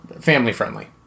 family-friendly